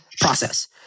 process